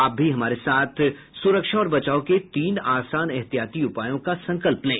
आप भी हमारे साथ सुरक्षा और बचाव के तीन आसान एहतियाती उपायों का संकल्प लें